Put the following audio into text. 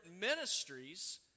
ministries